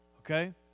Okay